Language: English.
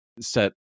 set